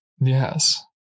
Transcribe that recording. Yes